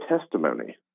testimony